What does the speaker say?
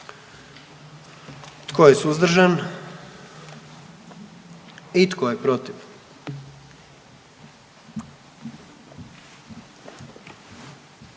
Tko je suzdržan? I tko je protiv?